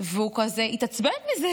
והוא התעצבן מזה